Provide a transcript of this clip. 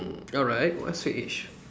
alright what's your age